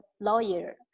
lawyer